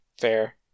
Fair